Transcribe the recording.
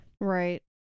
Right